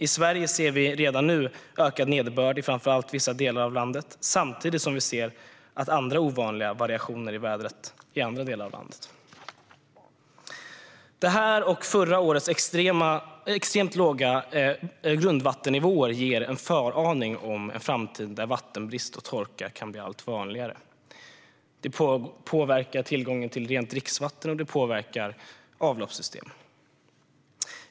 I Sverige ser vi redan nu ökad nederbörd i framför allt vissa delar av landet samtidigt som vi ser andra ovanliga variationer i vädret i andra delar av landet. Detta och förra årets extremt låga grundvattennivåer ger en föraning om en framtid där vattenbrist och torka kan bli allt vanligare. Det påverkar tillgången till rent dricksvatten, och det påverkar avloppssystem.